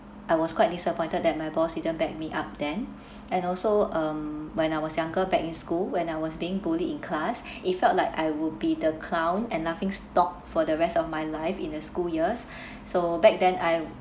I was quite disappointed that my boss didn't back me up then and also um when I was younger back in school when I was being bullied in class it felt like I would be the clown and laughing stock for the rest of my life in a school years so back then I